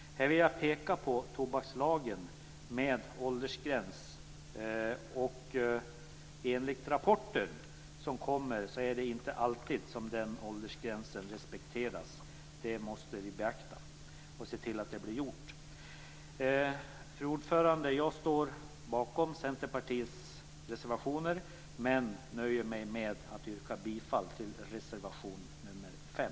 Här vill jag peka på tobakslagen med åldersgräns. Enligt rapporter respekteras inte alltid denna åldersgräns. Det måste vi beakta och se till att det blir gjort. Fru talman! Jag står bakom Centerpartiets reservationer men nöjer mig med att yrka bifall till reservation nr 5.